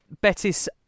Betis